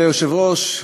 גברתי היושבת-ראש,